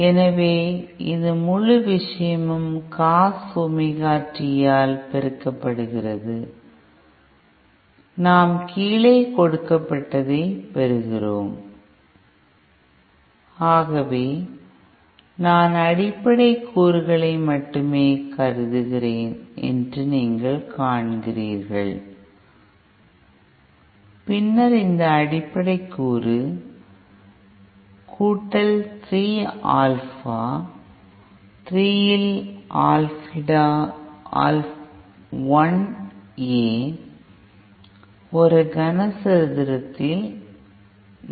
எனவே இது முழு விஷயமும் காஸ் ஒமேகா t ஆல் பெருக்கப்படுகிறது நாம் கீழே கொடுக்கப்பட்டதை பெறுகிறோம் ஆகவே நான் அடிப்படைக் கூறுகளை மட்டுமே கருதுகிறேன் என்று நீங்கள் காண்கிறீர்கள் பின்னர் அந்த அடிப்படை கூறு 3 ஆல்பா 3 இல் ஆல்பிடா 1 A ஒரு கனசதுரத்தில் 4